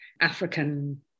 African